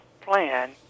plan